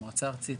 המועצה הארצית